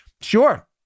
Sure